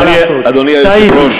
טעיתי.